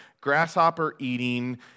grasshopper-eating